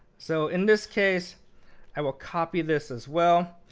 so in this case i will copy this, as well.